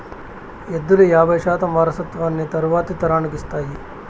ఎద్దులు యాబై శాతం వారసత్వాన్ని తరువాతి తరానికి ఇస్తాయి